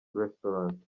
restaurant